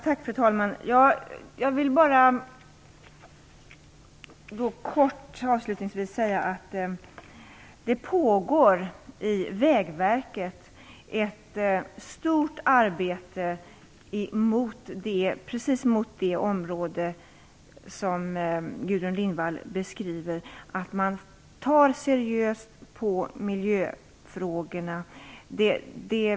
Fru talman! Jag vill bara kort och avslutningsvis säga att det inom Vägverket pågår ett stort arbete om precis det område som Gudrun Lindvall beskriver. Man tar seriöst på miljöfrågorna.